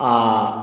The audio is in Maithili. आ